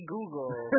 Google